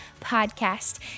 podcast